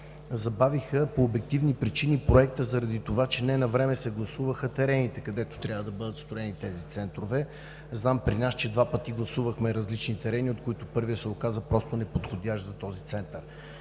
забавиха по обективни причини проекта, заради това че не навреме се гласуваха терените, където трябва да бъдат строени тези центрове. Знам при нас, че два пъти гласувахме различни терени, от които първият се оказа просто неподходящ за този център.